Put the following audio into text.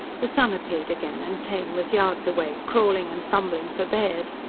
the sun appeared again, and taine was yards away, crawling and fumbling for baird.